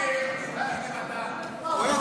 מאיר, הינה